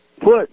put